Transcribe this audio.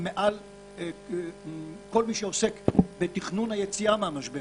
מעל כל מי שעוסק בתכנון היציאה מהמשבר